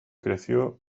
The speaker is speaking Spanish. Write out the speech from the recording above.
creció